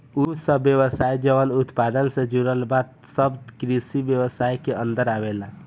उ सब व्यवसाय जवन उत्पादन से जुड़ल बा सब कृषि व्यवसाय के अन्दर आवेलला